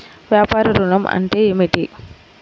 వ్యాపార ఋణం అంటే ఏమిటి?